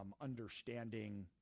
understanding